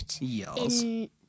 Yes